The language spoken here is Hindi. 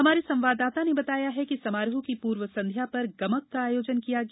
हमारे संवाददाता ने बताया है कि समारोह की पूर्व संध्या पर गमक का आयोजन किया गया